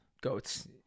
Goats